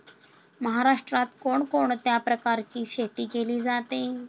महाराष्ट्रात कोण कोणत्या प्रकारची शेती केली जाते?